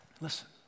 Listen